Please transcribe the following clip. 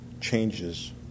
changes